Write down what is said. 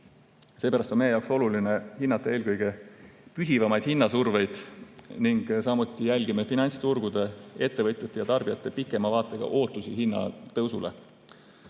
Seepärast on meie jaoks oluline hinnata eelkõige püsivamat hinnasurvet. Samuti jälgime finantsturgude, ettevõtjate ja tarbijate pikema vaatega ootusi hinnatõusule.